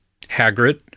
Hagrid